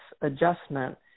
adjustment